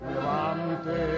Levante